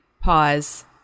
pause